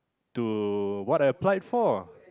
to what I applied for